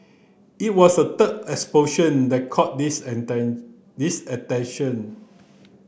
it was the third explosion that caught this this attention